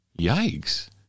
Yikes